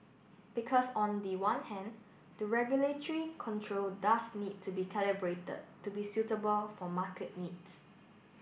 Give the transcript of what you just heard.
because on the one hand the regulatory control does need to be calibrated to be suitable for market needs